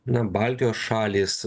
na baltijos šalys